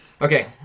Okay